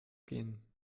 gehen